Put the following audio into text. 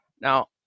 Now